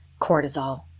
cortisol